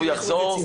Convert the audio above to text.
עתה.